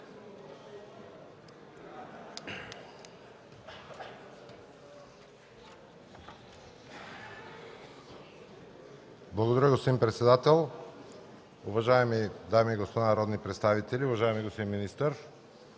Благодаря, господин председател. Уважаеми дами и господа народни представители, уважаеми господин министър!